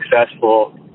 successful